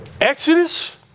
Exodus